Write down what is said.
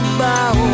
bow